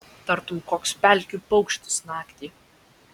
tartum koks pelkių paukštis naktį